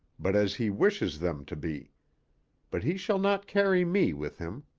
but as he wishes them to be but he shall not carry me with him.